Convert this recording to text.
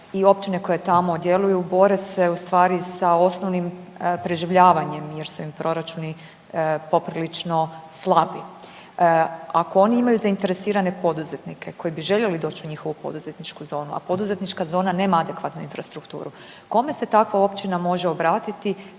i općine koje tamo djeluju bore se u stvari sa osnovnim preživljavanjem jer su im proračuni poprilično slabi. Ako oni imaju zainteresirane poduzetnike koji bi željeli doć u njihovu poduzetničku zonu, a poduzetnička zona nema adekvatnu infrastrukturu, kome se takva općina može obratiti